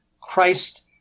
Christ